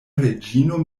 reĝino